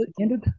ended